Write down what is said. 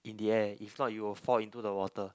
in the air if not you will fall into the water